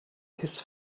his